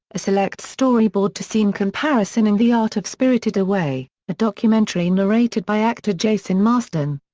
a select storyboard-to-scene comparison and the art of spirited away, a documentary narrated by actor jason marsden.